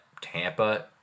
Tampa